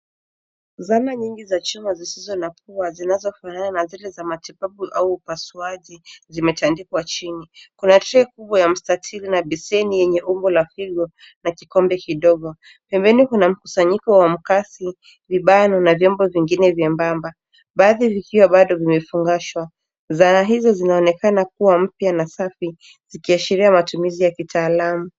Zana nyingi za chuma zisizo na pua zinazofanana na zile za matibabu au upasuaji, zimetandikwa chini. Kuna trei kubwa ya mstatili na beseni yenye umbo la figo na kikombe kidogo. Pembeni kuna mkusanyiko wa mkasi, vibano na viombo vingine vyebamba. Baadhi hiyo bado vimefungashwa. Zana hizo zinaonekana kuwa mpya na safi, zikiashiria matumizi ya kitaalamu.